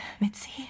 Mitzi